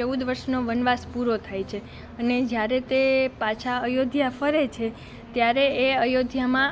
ચૌદ વર્ષનો વનવાસ પૂરો થાય છે અને જ્યારે તે પાછા અયોધ્યા ફરે છે ત્યારે એ અયોધ્યામાં